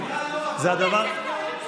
הוא מייצג את ההורים שלך?